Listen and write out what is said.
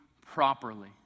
properly